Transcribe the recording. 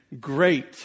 great